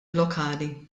lokali